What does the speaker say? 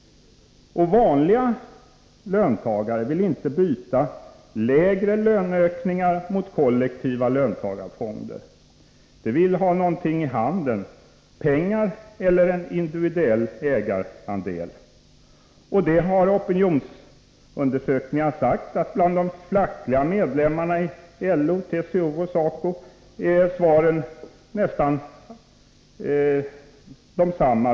Vanliga löntagare vill inte byta löneökningar mot kollektiva löntagarfonder. De vill ha någonting i handen; pengar eller en individuell ägarandel. Opinionsundersökningar har visat att bland de fackliga medlemmarna i LO, TCO och SACO är svaren nästan desamma.